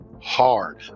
hard